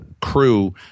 crew